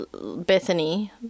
Bethany